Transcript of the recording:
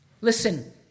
Listen